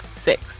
six